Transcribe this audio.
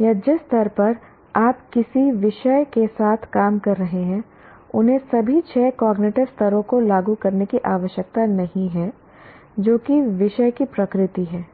या जिस स्तर पर आप किसी विषय के साथ काम कर रहे हैं उन्हें सभी छह कॉग्निटिव स्तरों को लागू करने की आवश्यकता नहीं है जो कि विषय की प्रकृति है